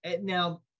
Now